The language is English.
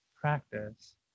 practice